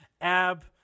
ab